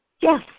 Yes